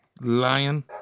lion